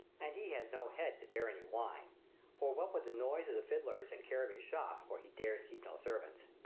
and he has no head to bear any wine for what with the noise of the fidlers, and care of his shop, for he dares keep no servants